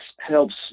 helps